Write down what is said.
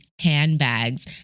handbags